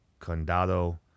Condado